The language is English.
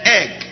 egg